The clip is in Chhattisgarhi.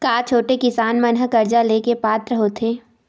का छोटे किसान मन हा कर्जा ले के पात्र होथे?